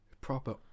Proper